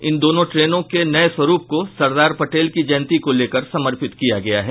इन दोनों ट्रेनों के नये स्वरूप को सरदार पटेल की जयंती को लेकर समर्पित किया गया है